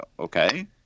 Okay